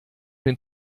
den